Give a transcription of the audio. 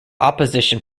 opposition